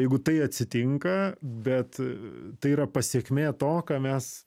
jeigu tai atsitinka bet tai yra pasekmė to ką mes